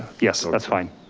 yes, so that's fine.